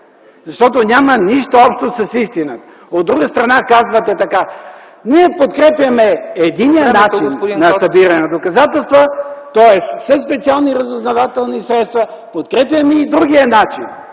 защото няма нищо общо с истината. От друга страна казвате така: ние подкрепяме единия начин на събиране на доказателства, тоест със специални разузнавателни средства, подкрепяме и другия начин